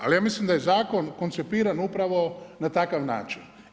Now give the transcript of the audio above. Ali ja mislim da je zakon koncipiran upravo na takav način.